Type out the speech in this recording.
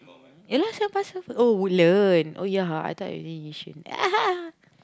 ya lah seven five sev~ oh Woodlands oh ya [huh] I thought you live Yishun